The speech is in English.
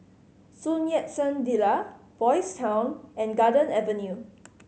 Sun Yat Sen Villa Boys' Town and Garden Avenue